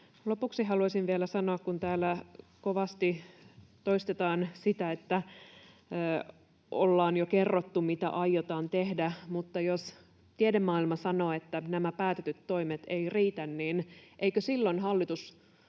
Lopuksi haluaisin vielä sanoa, että kun täällä kovasti toistetaan, että ollaan jo kerrottu, mitä aiotaan tehdä, mutta jos tiedemaailma sanoo, että nämä päätetyt toimet eivät riitä, niin eikö silloin hallituksen